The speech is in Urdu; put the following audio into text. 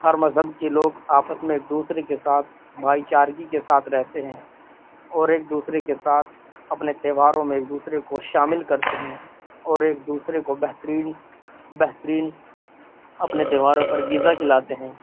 ہر مذہب کے لوگ آپس میں ایک دوسرے کے ساتھ بھائی چارگی کے ساتھ رہتے ہیں اور ایک دوسرے کے ساتھ اپنے تہواروں میں ایک دوسرے کو شامل کرتے ہیں اور ایک دوسرے کو بہترین بہترین اپنے تہواروں پر غذا کھلاتے ہیں